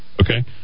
Okay